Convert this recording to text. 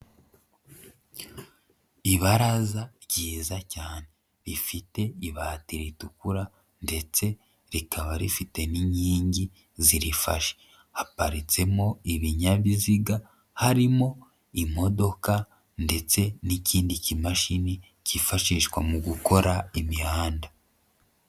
Ibaraza ryiza cyane rifite ibati ritukura ndetse rikaba rifite n'inkingi zirifashe, haparitsemo ibinyabiziga harimo imodoka ndetse n'ikindi kimashini cyifashishwa mu gukora imihanda.